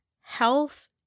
health